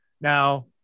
Now